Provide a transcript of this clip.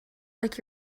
like